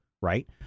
right